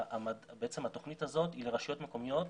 בעצם התוכנית הזאת היא לרשויות מקומיות,